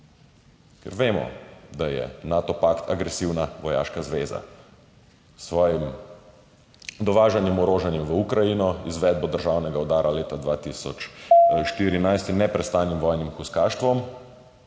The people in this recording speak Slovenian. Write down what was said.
Ker vemo, da je Nato pakt agresivna vojaška zveza, s svojim dovažanjem orožja v Ukrajino, izvedbo državnega udara leta 2014 in neprestanim vojnim hujskaštvom